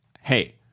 hey